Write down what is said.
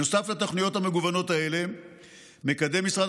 נוסף לתוכניות המגוונות האלה מקדם משרד